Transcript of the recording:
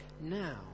now